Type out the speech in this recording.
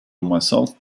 myself